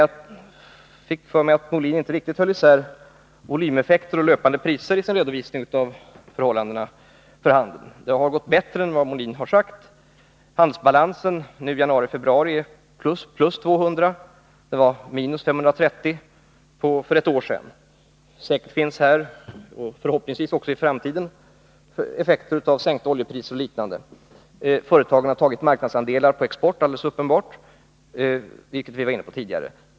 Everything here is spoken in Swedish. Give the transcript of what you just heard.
Jag fick för mig att Björn Molin inte riktigt höll isär volymeffekter och löpande priser i sin redovisning av förhållandena för handeln. Det har gått bättre än vad Björn Molin sagt. Handelsbalansen var i januari-februari plus 200, medan den var minus 530 för ett år sedan. Säkerligen finns här — och det gäller förhoppningsvis även i framtiden — effekter av sänkta oljepriser och liknande. Företagen har alldeles uppenbart tagit marknadsandelar på exporten, vilket vi var inne på tidigare.